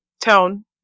tone